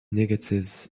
negatives